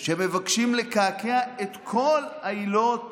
שמבקשים לקעקע את כל עילות